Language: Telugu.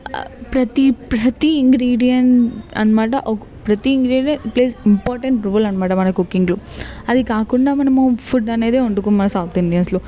ప్రతి ప్రతి ఇంగ్రిడియంట్ అన్నమాట ప్రతి ఇంగ్రిడియంట్ ప్లేస్ ఇంపార్టెంట్ రోల్ అన్నమాట మన కుకింగ్లో అది కాకుండా మనము ఫుడ్ అనేదే వండుకోము మన సౌత్ ఇండియన్స్లో